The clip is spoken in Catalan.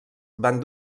van